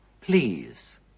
please